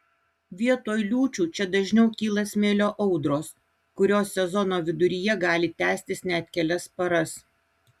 vietoj liūčių čia dažniau kyla smėlio audros kurios sezono viduryje gali tęstis net kelias paras